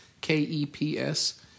K-E-P-S